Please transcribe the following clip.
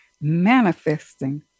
Manifesting